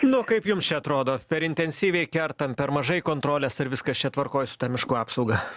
nu kaip jums čia atrodo per intensyviai kertam per mažai kontrolės ar viskas čia tvarkoj su ta miškų apsauga